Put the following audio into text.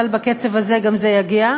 אבל בקצב הזה גם זה יגיע,